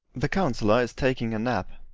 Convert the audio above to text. the councillor is taking a nap.